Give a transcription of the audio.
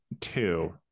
two